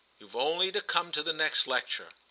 you've only to come to the next lecture.